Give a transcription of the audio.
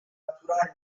catturare